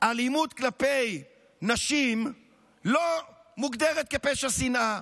אלימות כלפי נשים לא מוגדרת כפשע שנאה.